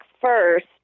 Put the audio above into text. first